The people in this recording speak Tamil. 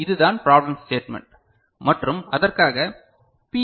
இதுதான் ப்ராப்ளெம் ஸ்டேட்மென்ட் மற்றும் அதற்காக பி